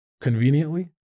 conveniently